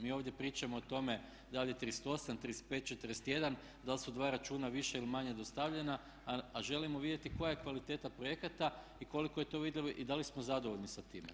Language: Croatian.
Mi ovdje pričamo o tome da li je 38, 35, 41 da li su dva računa više ili manje dostavljena, a želimo vidjeti koja je kvaliteta projekata i koliko je to vidljivo i da li smo zadovoljni sa time?